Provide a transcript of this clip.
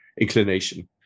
inclination